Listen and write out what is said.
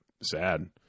sad